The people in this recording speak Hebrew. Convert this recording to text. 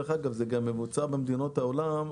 גם במדינות העולם,